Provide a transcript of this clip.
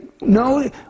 no